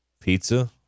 Pizza